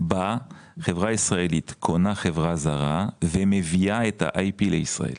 בה חברה ישראלית קונה חברה זרה ומביאה את ה-IP לישראל.